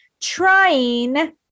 trying